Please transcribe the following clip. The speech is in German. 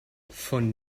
von